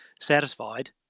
satisfied